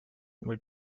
will